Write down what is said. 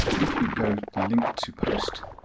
if you go link to post,